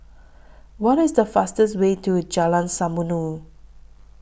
What IS The fastest Way to Jalan Samulun